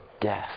death